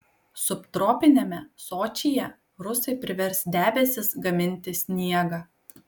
subtropiniame sočyje rusai privers debesis gaminti sniegą